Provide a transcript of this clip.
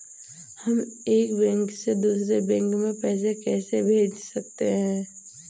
हम एक बैंक से दूसरे बैंक में पैसे कैसे भेज सकते हैं?